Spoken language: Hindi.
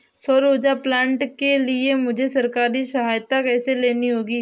सौर ऊर्जा प्लांट के लिए मुझे सरकारी सहायता कैसे लेनी होगी?